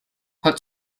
put